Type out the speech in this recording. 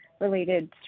related